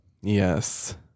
Yes